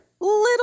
little